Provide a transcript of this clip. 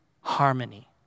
harmony